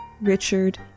Richard